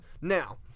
Now